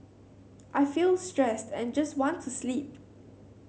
I feel stressed and just want to sleep